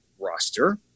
roster